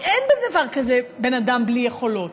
כי אין דבר כזה בן אדם בלי יכולות,